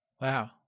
Wow